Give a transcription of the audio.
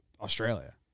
Australia